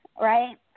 right